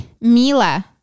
mila